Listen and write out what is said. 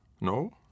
No